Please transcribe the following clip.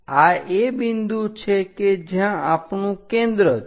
આ એ બિંદુ છે કે જ્યાં આપણું કેન્દ્ર છે